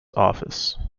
office